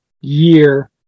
year